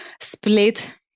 split